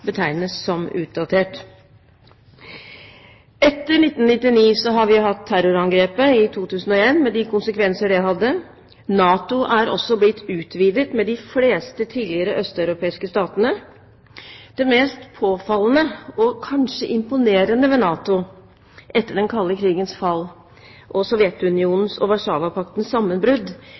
hadde, og NATO er blitt utvidet med de fleste tidligere østeuropeiske statene. Det mest påfallende og kanskje imponerende ved NATO etter den kalde krigens fall og Sovjetunionen og Warszawapaktens sammenbrudd